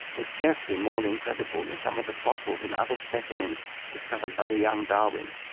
was scarcely more incredible than some of the fossils and other specimens discovered by the young darwin,